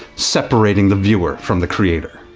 separating the viewer from the creator?